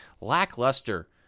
lackluster